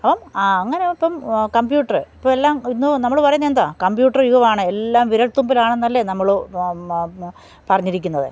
അപ്പോള് ആ അങ്ങനെയപ്പോള് കംപ്യൂട്ടര് ഇപ്പോള് എല്ലാം ഇന്ന് നമ്മള് പറയുന്നെ എന്താ കമ്പ്യൂട്ടര് യുഗമാണ് എല്ലാം വിരൽത്തുമ്പിലാണെന്നല്ലേ നമ്മള് പറഞ്ഞിരിക്കുന്നത്